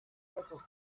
pretzels